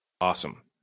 awesome